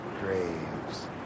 graves